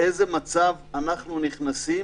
לאיזה מצב אנחנו נכנסים